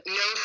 no